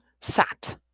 sat